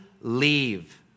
leave